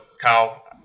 Kyle